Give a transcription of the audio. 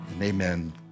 Amen